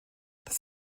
das